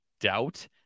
doubt